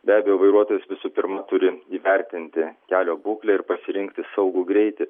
be abejo vairuotoas visų pirma turi įvertinti kelio būklę ir pasirinkti saugų greitį